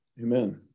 amen